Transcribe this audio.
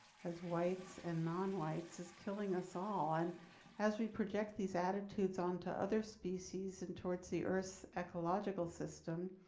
as whites and non whites is killing us all. and as we project these attitudes onto other species and towards the earth's ecological system,